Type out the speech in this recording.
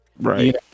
right